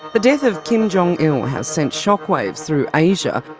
the death of kim jong-il has sent shock waves through asia.